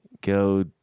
go